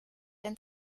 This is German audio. ein